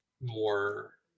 more